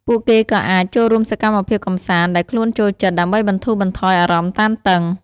ពួកគេក៏អាច ចូលរួមសកម្មភាពកម្សាន្ត ដែលខ្លួនចូលចិត្ត ដើម្បីបន្ធូរបន្ថយអារម្មណ៍តានតឹង។